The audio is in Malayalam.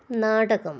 നാടകം